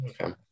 Okay